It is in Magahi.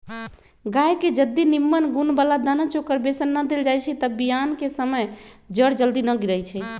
गाय के जदी निम्मन गुण बला दना चोकर बेसन न देल जाइ छइ तऽ बियान कें समय जर जल्दी न गिरइ छइ